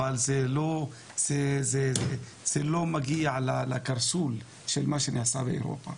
אבל זה לא מגיע לקרסול של מה שנעשה באירופה.